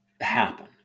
happen